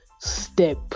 step